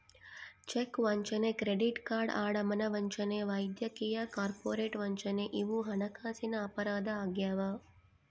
check ವಂಚನೆ credit card ಅಡಮಾನ ವಂಚನೆ ವೈದ್ಯಕೀಯ ಕಾರ್ಪೊರೇಟ್ ವಂಚನೆ ಇವು ಹಣಕಾಸಿನ ಅಪರಾಧ ಆಗ್ಯಾವ